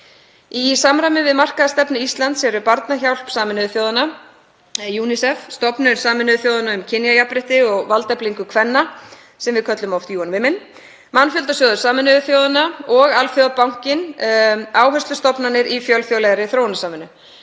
Í samræmi við markaða stefnu Íslands eru Barnahjálp Sameinuðu þjóðanna, UNICEF, Stofnun Sameinuðu þjóðanna um kynjajafnrétti og valdeflingu kvenna, sem við köllum oft UN Women, Mannfjöldasjóður Sameinuðu þjóðanna og Alþjóðabankinn áherslustofnanir í fjölþjóðlegri þróunarsamvinnu.